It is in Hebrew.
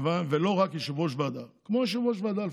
ולא רק יושב-ראש ועדה, כמו יושב-ראש ועדה לפחות.